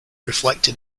reflected